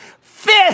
Fifth